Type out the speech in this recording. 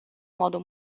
modo